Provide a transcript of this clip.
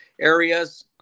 areas